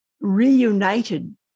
reunited